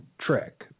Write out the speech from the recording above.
trick